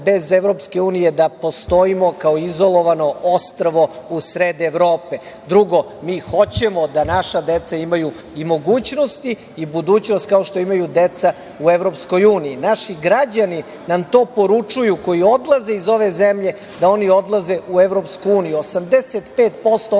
bez EU da postojimo kao izolovano ostrvo u sred Evrope. Drugo, mi hoćemo da naša deca imaju i mogućnosti i budućnost kao što imaju deca u EU. Naši građani nam to poručuju koji odlaze iz ove zemlje da oni odlaze u EU, 85% onih